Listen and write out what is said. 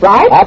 Right